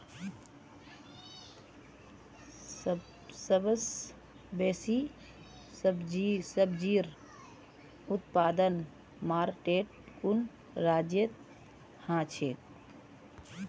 सबस बेसी सब्जिर उत्पादन भारटेर कुन राज्यत ह छेक